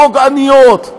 פוגעניות,